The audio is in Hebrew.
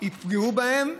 יפגעו בהם.